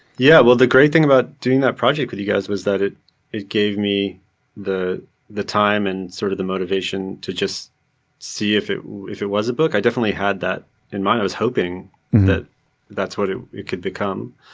yeah. well, the great thing about doing that project could you guys, was that it it gave me the the time and sort of the motivation to just see if it if it was a book. i definitely had that in mind. i was hoping that that's what it it could become.